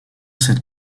cette